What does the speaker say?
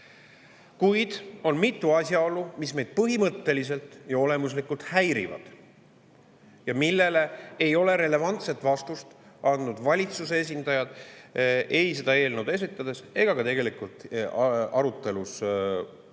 Kuid on mitu asjaolu, mis meid põhimõtteliselt ja olemuslikult häirivad ja millele ei ole relevantset vastust andnud valitsuse esindajad ei seda eelnõu esitades ega ka tegelikult arutelus